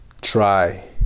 try